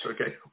okay